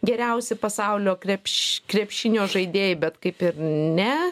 geriausi pasaulio krepš krepšinio žaidėjai bet kaip ir ne